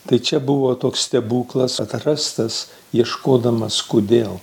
tai čia buvo toks stebuklas atrastas ieškodamas kodėl